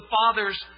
Father's